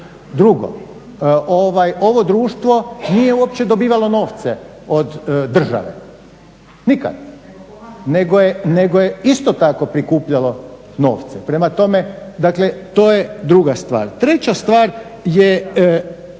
Drugo, ovo društvo nije uopće dobivalo novce od države nikad nego je isto tako prikupljalo novce. Prema tome dakle, to je druga stvar. Treća stvar je